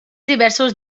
diversos